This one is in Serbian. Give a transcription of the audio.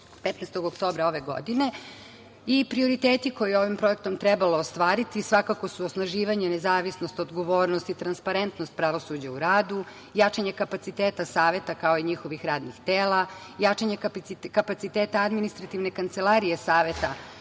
15. oktobra ove godine. Prioriteti koje je ovim projektom trebalo ostvariti svakako su osnaživanje, nezavisnost, odgovornost i transparentnost pravosuđa u radu, jačanje kapaciteta Saveta, kao i njihovih radnih tela, jačanje kapaciteta Administrativne kancelarije Saveta